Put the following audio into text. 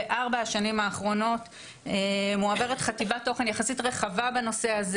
בארבע השנים האחרונות מועברת חטיבת תוכן יחסית רחבה בנושא הזה.